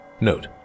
Note